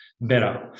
better